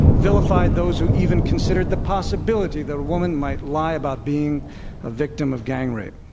vilified those who even considered the possibility that a woman might lie about being a victim of gang rape.